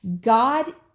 God